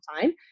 time